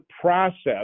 process